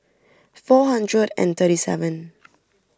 four hundred and thirty seven